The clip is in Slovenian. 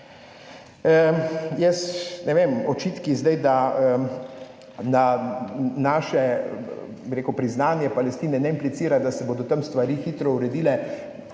očitki, da naše priznanje Palestine ne implicira, da se bodo tam stvari hitro uredile,